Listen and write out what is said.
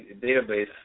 database